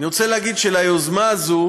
אני רוצה להגיד שליוזמה הזאת